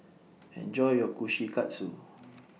Enjoy your Kushikatsu